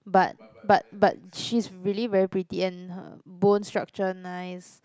but but but she's really very pretty and her bone structure nice